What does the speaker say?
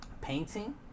painting